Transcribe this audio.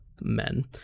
men